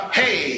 hey